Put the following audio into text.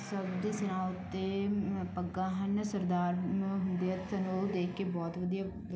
ਸਭ ਦੇ ਸਿਰਾਂ ਉੱਤੇ ਪੱਗਾਂ ਹਨ ਸਰਦਾਰ ਹੁੰਦੇ ਆ ਅਤੇ ਸਾਨੂੰ ਉਹ ਦੇਖ ਕੇ ਬਹੁਤ ਵਧੀਆ